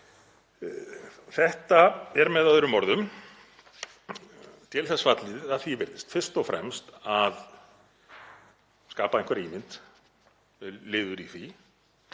Þetta er með öðrum orðum til þess fallið, að því er virðist, fyrst og fremst að skapa einhverja ímynd, liður í því,